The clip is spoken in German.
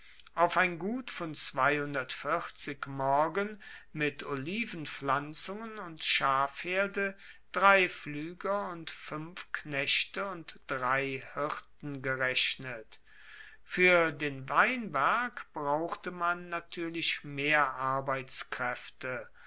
auf ein gut von morgen mit olivenpflanzungen und schafherde drei pflueger fuenf knechte und drei hirten gerechnet fuer den weinberg brauchte man natuerlich mehr arbeitskraefte